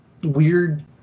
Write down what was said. weird